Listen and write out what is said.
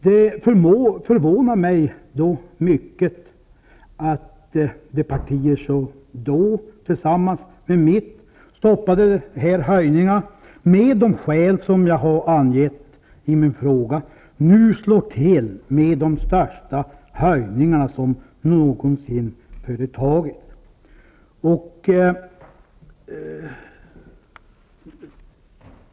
Det förvånar mig mycket att de partier som då, tillsammans med mitt, stoppade dessa höjningar av de skäl jag har angett i min fråga, nu slår till med de största höjningar som någonsin har företagits.